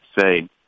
say